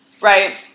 right